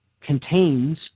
Contains